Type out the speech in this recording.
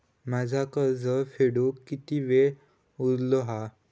माझा कर्ज फेडुक किती वेळ उरलो हा?